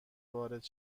وارد